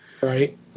Right